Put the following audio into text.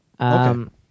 Okay